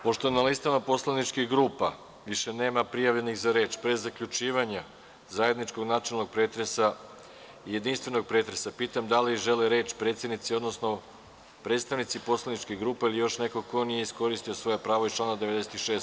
Pošto na listama poslaničkih grupa više nema prijavljenih za reč, pre zaključivanja zajedničkog načelnog pretresa i jedinstvenog pretresa pitam da li žele reč predsednici, odnosno predstavnici poslaničkih grupa ili još neko ko nije iskoristio svoje pravo iz člana 96.